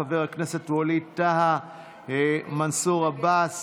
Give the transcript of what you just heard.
חבר הכנסת ווליד טאהא, וחברי הכנסת מנסור עבאס